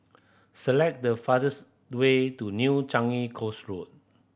select the fastest way to New Changi Coast Road